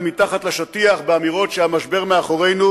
מתחת לשטיח באמירות שהמשבר מאחורינו,